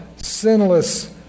sinless